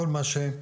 כל מה שבקנה,